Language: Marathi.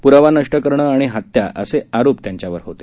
पुरावा नष्ट करणे आणि हत्या असे आरोप त्यांच्यावर होते